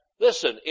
listen